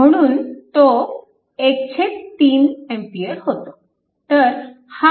म्हणून तो 13A होतो